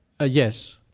Yes